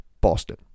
Boston